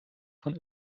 von